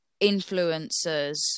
influencers